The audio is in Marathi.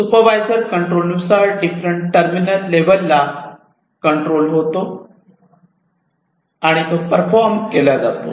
सुपरवायझर कंट्रोल नुसार डिफरंट टर्मिनल लेवलला सुपरवायझर कंट्रोल होतो परफॉर्म केला जातो